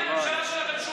אין לממשלה שלכם שום קשר,